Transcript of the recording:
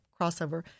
crossover